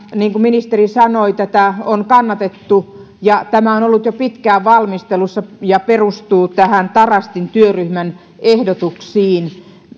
niin kuin ministeri sanoi tätä on kannatettu ja tämä on ollut jo pitkään valmistelussa ja perustuu tarastin työryhmän ehdotuksiin